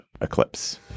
eclipse